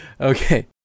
okay